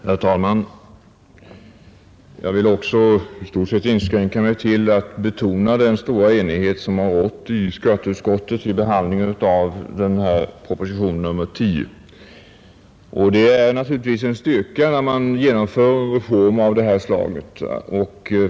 Herr talman! Jag skall också i stort sett inskränka mig till att betona den stora enighet som har rått i skatteutskottet vid behandlingen av propositionen 10. Det är naturligtvis en styrka när man söker förverkliga en reform av det här slaget.